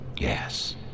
Yes